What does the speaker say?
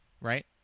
right